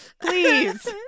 Please